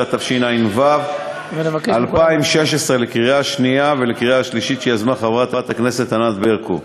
19), התשע"ו 2016, שיזמה חברת הכנסת ענת ברקו,